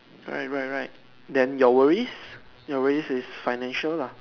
right right right then your worries your worries is financial lah